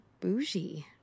bougie